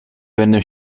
będę